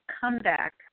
comeback